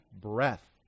breath